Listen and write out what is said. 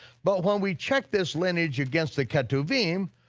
but when we check this lineage against the ketuvim,